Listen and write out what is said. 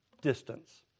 distance